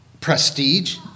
prestige